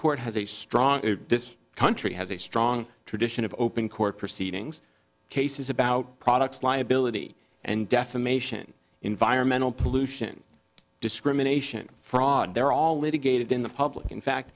court has a strong country has a strong tradition of open court proceedings cases about products liability and defamation environmental pollution discrimination fraud they're all litigated in the public in fact